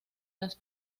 las